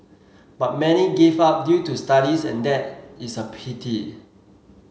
but many give up due to studies and that is a pity